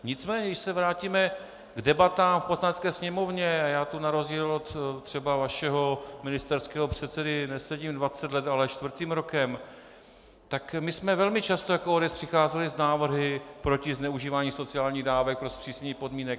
Nicméně, když se vrátíme k debatám v Poslanecké sněmovně, a já tu na rozdíl od třeba vašeho ministerského předsedy nesedím dvacet let, ale čtvrtým rokem, tak my jsme velmi často jako ODS přicházeli s návrhy proti zneužívání sociálních dávek, pro zpřísnění podmínek.